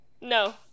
No